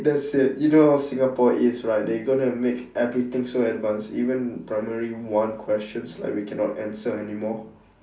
that's it you know singapore is right they're gonna make everything so advanced even primary one questions like we cannot answer anymore